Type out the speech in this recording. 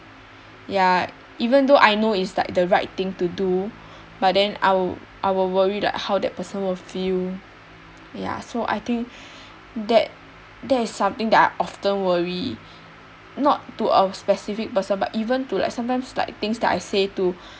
ya even though I know is like the right thing to do but then I will I will worry like how that person will feel ya so I think that that is something that I often worry not to a specific person but even to like sometimes like things that I say to